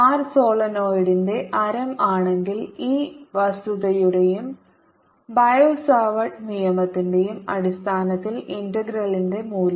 R സോളിനോയിഡിന്റെ ആരം ആണെങ്കിൽ ഈ വസ്തുതയുടെയും ബയോ സാവാർട്ട് നിയമത്തിന്റെയും അടിസ്ഥാനത്തിൽ ഇന്റഗ്രലിന്റെ മൂല്യം